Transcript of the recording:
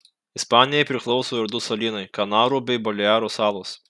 ispanijai priklauso ir du salynai kanarų bei balearų salos